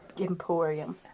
emporium